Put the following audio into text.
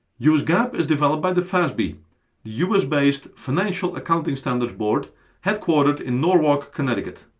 us gaap is developed by the fasb, the us-based financial accounting standards board headquartered in norwalk, connecticut.